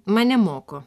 mane moko